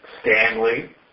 Stanley